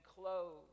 clothes